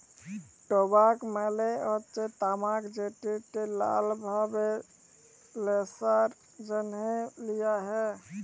টবাক মালে হচ্যে তামাক যেট লালা ভাবে ল্যাশার জ্যনহে লিয়া হ্যয়